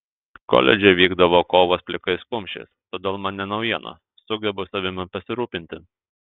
koledže vykdavo kovos plikais kumščiais todėl man ne naujiena sugebu savimi pasirūpinti